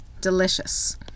Delicious